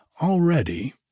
Already